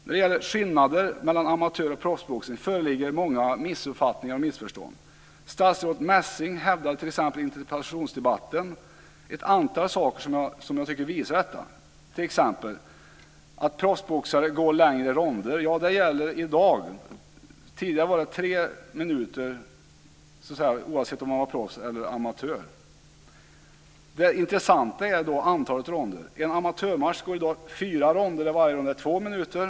När det gäller skillnader mellan amatör och proffsboxning föreligger många missförstånd. Statsrådet Messing hävdade t.ex. i interpellationsdebatten ett antal saker som jag tycker visar detta, t.ex. att proffsboxare går längre ronder. Det gäller i dag. Tidigare var det tre minuter oavsett om man var proffs eller amatör. Det intressanta är antalet ronder. En amatörmatch är i dag fyra ronder. Varje rond är två minuter.